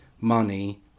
money